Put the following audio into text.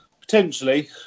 Potentially